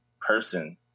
person